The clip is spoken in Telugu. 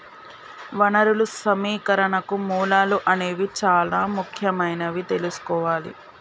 వనరులు సమీకరణకు మూలాలు అనేవి చానా ముఖ్యమైనవని తెల్సుకోవాలి